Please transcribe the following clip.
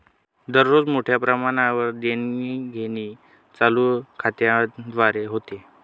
दररोज मोठ्या प्रमाणावर देणीघेणी चालू खात्याद्वारे होते